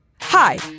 hi